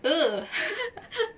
!ee!